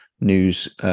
news